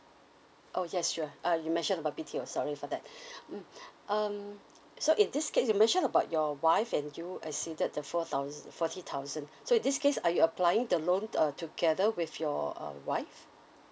oh yes sure uh you mention about B_T_O sorry for that mm um so in this case you mention about your wife and you exceeded the four thousa~ forty thousand so in this case are you applying the loan uh together with your uh wife